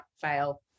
fail